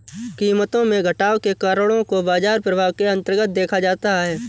कीमतों में घटाव के कारणों को बाजार प्रभाव के अन्तर्गत देखा जाता है